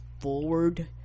forward